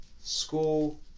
school